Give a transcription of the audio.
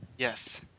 Yes